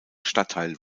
stadtteil